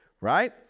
Right